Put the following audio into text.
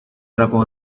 trapo